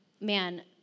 man